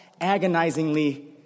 agonizingly